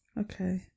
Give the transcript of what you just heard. Okay